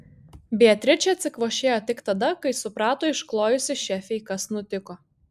beatričė atsikvošėjo tik tada kai suprato išklojusi šefei kas nutiko